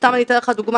סתם אני אתן לך דוגמה,